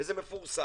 וזה מפורסם,